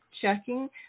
checking